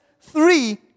three